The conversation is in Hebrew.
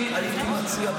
אני הייתי מציע,